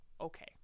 Okay